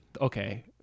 okay